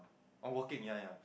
oh working ya ya